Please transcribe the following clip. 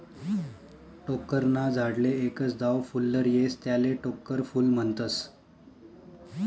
टोक्कर ना झाडले एकच दाव फुल्लर येस त्याले टोक्कर फूल म्हनतस